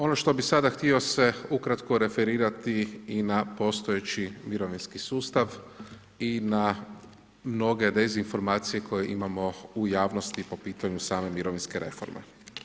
Ono što bih sada htio se ukratko referirati i na postojeći mirovinski sustav i na mnoge dezinformacije koje imamo u javnosti po pitanju same mirovinske reforme.